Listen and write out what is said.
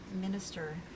Minister